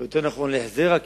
או יותר נכון להחזר הקיצוץ,